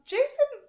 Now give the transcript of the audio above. Jason